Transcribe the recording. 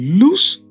loose